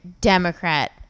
Democrat